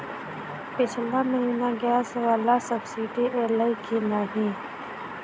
पिछला महीना गैस वला सब्सिडी ऐलई की नहि?